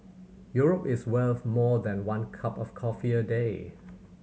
Europe is worth more than one cup of coffee a day